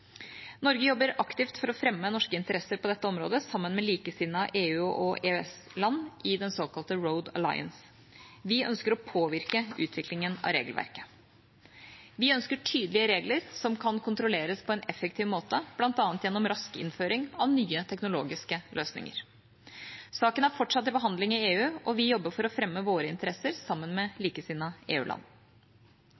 Norge jobber aktivt for å fremme norske interesser på dette området sammen med likesinnede EU- og EØS-land i den såkalte Road Alliance. Vi ønsker å påvirke utviklingen av regelverket. Vi ønsker tydelige regler som kan kontrolleres på en effektiv måte, bl.a. gjennom rask innføring av nye teknologiske løsninger. Saken er fortsatt til behandling i EU, og vi jobber for å fremme våre interesser sammen med